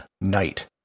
night